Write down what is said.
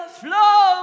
flow